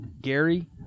Gary